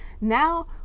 now